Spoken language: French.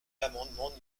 l’amendement